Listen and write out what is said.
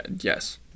Yes